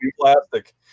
plastic